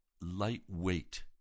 lightweight